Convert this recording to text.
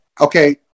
okay